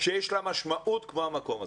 שיש לה משמעות כמו המקום הזה.